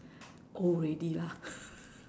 old already lah